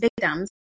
victims